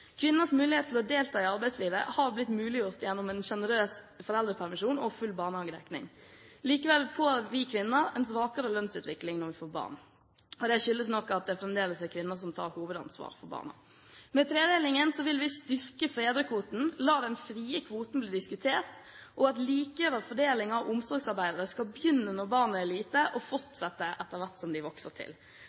Kvinners mulighet til å delta i arbeidslivet har blitt muliggjort gjennom en sjenerøs foreldrepermisjon og full barnehagedekning. Likevel får vi kvinner en svakere lønnsutvikling når vi får barn. Det skyldes nok at det fremdeles er kvinner som tar hovedansvar for barna. Med tredelingen vil vi styrke fedrekvoten, la den frie kvoten bli diskutert og at likere fordeling av omsorgsarbeidet skal begynne når barnet er lite, og fortsette etter hvert som de vokser til.